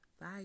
bye